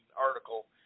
article